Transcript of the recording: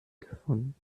gefunden